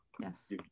Yes